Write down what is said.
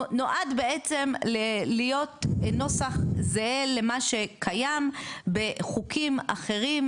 נועד בעצם להיות נוסח זה למה שקיים בחוקים אחרים,